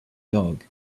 dog